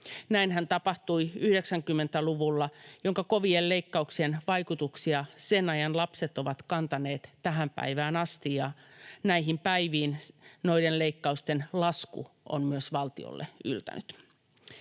Näinhän tapahtui 90-luvulla, jonka kovien leikkauksien vaikutuksia sen ajan lapset ovat kantaneet tähän päivään asti, ja näihin päiviin noiden leikkausten lasku on myös valtiolle yltänyt.